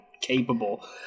capable